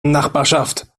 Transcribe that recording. nachbarschaft